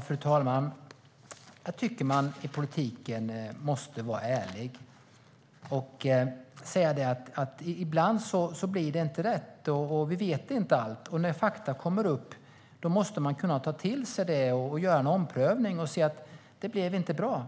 Fru talman! Jag tycker att man i politiken måste vara ärlig och kunna säga att ibland blir det inte rätt, för vi vet inte allt. När fakta kommer upp måste man kunna ta till sig det och göra en omprövning och se att det inte blev bra.